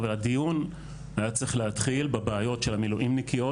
אבל הדיון היה צריך להתחיל בבעיות של המילואימניקיות